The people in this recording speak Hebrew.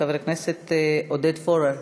חבר הכנסת עודד פורר.